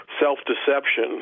self-deception